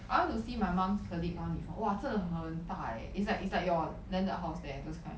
I went to see my mom's colleague one before 哇真的很大 eh it's like it's like your landed house there those kind